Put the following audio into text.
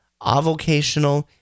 avocational